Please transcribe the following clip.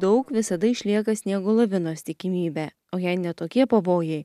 daug visada išlieka sniego lavinos tikimybė o jei ne tokie pavojai